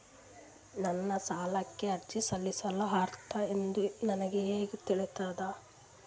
ನಾನು ಸಾಲಕ್ಕೆ ಅರ್ಜಿ ಸಲ್ಲಿಸಲು ಅರ್ಹ ಎಂದು ನನಗೆ ಹೆಂಗ್ ತಿಳಿತದ?